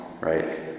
right